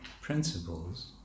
principles